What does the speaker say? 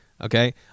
okay